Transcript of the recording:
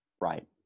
Right